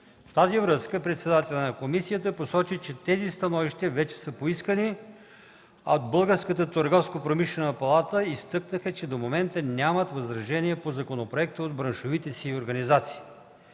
тази връзка председателят на комисията Алиосман Имамов посочи, че тези становища вече са поискани, а от Българската търговско-промишлена палата изтъкнаха, че до момента нямат възражения по законопроекта от браншовите си организации.